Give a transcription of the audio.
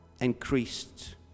increased